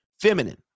feminine